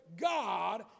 God